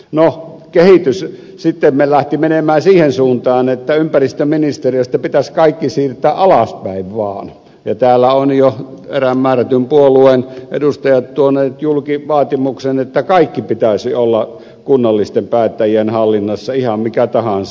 no kehitys sitten lähti menemään siihen suuntaan että ympäristöministeriöstä pitäisi kaikki siirtää alaspäin vaan ja täällä ovat jo erään määrätyn puolueen edustajat tuoneet julki vaatimuksen että kaiken pitäisi olla kunnallisten päättäjien hallinnassa ihan minkä tahansa